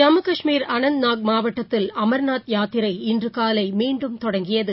ஜம்மு காஷ்மீர் அனந்த்நாக் மாவட்டத்தில் அம்நாத் யாத்திரை இன்றுகாவைமீண்டும் தொடங்கியது